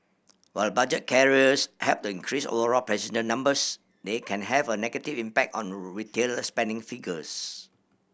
while budget carriers help to increase overall passenger numbers they can have a negative impact on retail spending figures